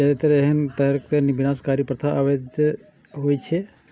जादेतर एहन तरहक विनाशकारी प्रथा अवैध होइ छै